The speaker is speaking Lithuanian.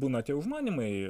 būna tie užmanymai